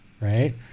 right